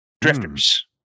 drifters